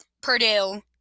Purdue